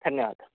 धन्यवादः